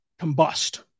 combust